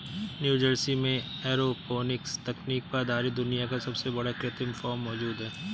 New Jersey में aeroponics तकनीक पर आधारित दुनिया का सबसे बड़ा कृत्रिम फार्म मौजूद है